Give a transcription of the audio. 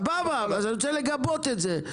סבבה, אז אני רוצה לגבות את זה.